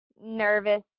nervous